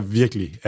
virkelig